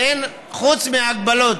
חוץ מהגבלות